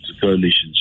coalitions